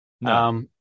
No